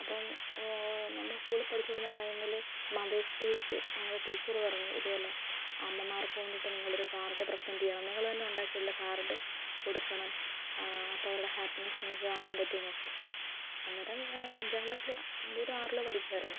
അപ്പം നമ്മൾ സ്കൂളിൽ പഠിച്ചുകൊണ്ടിരുന്ന ടൈമിൽ മദേഴ്സ് ഡേക്ക് ഞങ്ങളുടെ ടീച്ചർ പറഞ്ഞു ഇതുപോലെ അമ്മമാർക്ക് വേണ്ടിയിട്ട് നിങ്ങളൊരു കാർഡ് പ്രെസന്റ് ചെയ്യണം നിങ്ങൾ തന്നെ ഉണ്ടാക്കിയുള്ള കാർഡ് കൊടുക്കണം അപ്പോൾ അവരുടെ ഹാപ്പിനെസ് നിങ്ങൾക്ക് കാണാൻ പറ്റുമെന്നൊക്കെ അന്നേരം അഞ്ചാം ക്ലാസിൽ അഞ്ചിലോ ആറിലോ പഠിക്കുകയായിരുന്നു